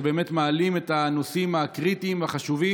שבאמת מעלים את הנושאים הקריטיים והחשובים